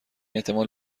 احتمال